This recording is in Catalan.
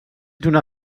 d’una